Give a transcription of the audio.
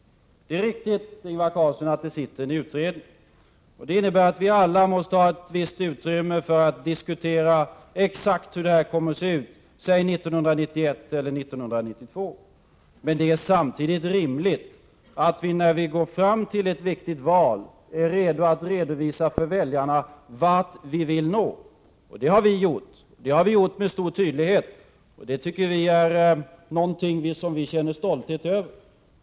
Det är riktigt Ingvar Carlsson, att det nu finns en utredning. Det innebär att vi alla måste ha ett visst utrymme för att diskutera exakt hur det kommer att se ut säg 1991 eller 1992. Samtidigt är det rimligt att vi när vi går fram till ett viktigt val är beredda att redovisa för väljarna vart vi vill nå. Det har vi gjort med stor tydlighet. Det tycker vi är någonting som vi kan känna stolthet över.